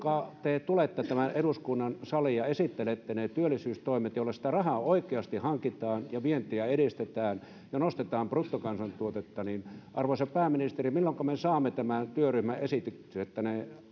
te tulette tämän eduskunnan saliin ja esittelette ne työllisyystoimet joilla sitä rahaa oikeasti hankitaan ja vientiä edistetään ja nostetaan bruttokansantuotetta arvoisa pääministeri milloinka me me saamme tämän työryhmän esityksen tänne